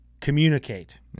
Communicate